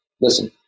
listen